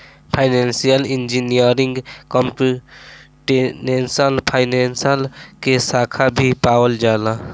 financial engineering computational finance के साखा भी पावल जाला